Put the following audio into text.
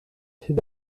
hyd